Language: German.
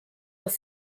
was